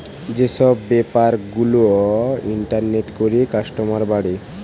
যে সব বেপার গুলা ইন্টারনেটে করে কাস্টমার বাড়ে